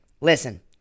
Listen